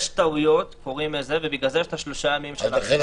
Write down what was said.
יש טעויות, בגלל זה יש את שלושת הימים של ההחזרות.